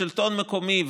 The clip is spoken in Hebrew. השלטון המקומי,